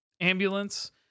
ambulance